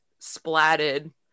splatted